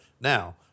Now